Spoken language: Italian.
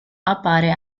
appare